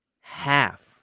half